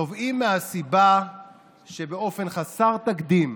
נובעים מהסיבה שבאופן חסר תקדים,